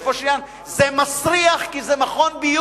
בסופו של עניין זה מסריח, כי זה מכון ביוב,